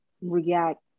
react